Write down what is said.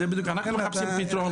אנחנו מחפשים פתרון.